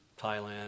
Thailand